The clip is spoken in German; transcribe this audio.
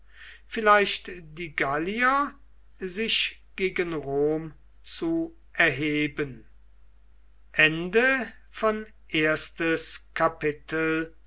vielleicht die gallier sich gegen rom zu erheben